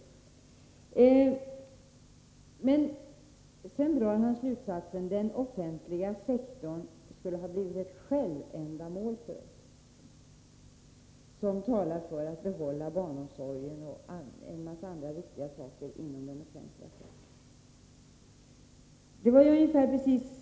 Göte Jonsson drar sedan slutsatsen att den offentliga sektorn skulle ha blivit ett självändamål för oss som talar för att behålla barnomsorgen och en massa andra viktiga saker i det offentligas regi.